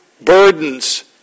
burdens